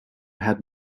had